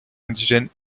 indigènes